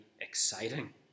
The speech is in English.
exciting